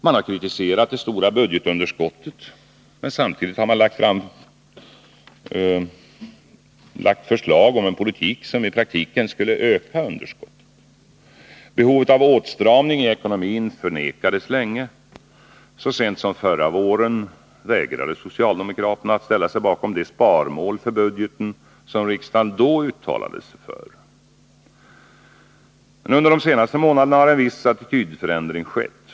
Man har kritiserat det stora budgetunderskottet, men samtidigt lagt fram förslag till en politik som i praktiken skulle öka underskottet. Behovet av åtstramning i ekonomin förnekades länge. Så sent som förra våren vägrade socialdemokraterna att ställa sig bakom det sparmål för budgeten som riksdagen då uttalade sig för. Under de senaste månaderna har en viss attitydförändring skett.